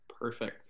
perfect